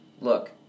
look